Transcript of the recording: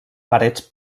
parets